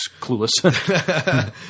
clueless